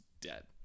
dead